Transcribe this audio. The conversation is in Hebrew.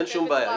אין שום בעיה.